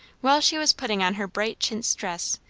while she was putting on her bright chintz dress,